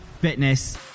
fitness